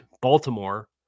Baltimore